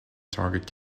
target